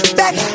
back